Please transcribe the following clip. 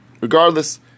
regardless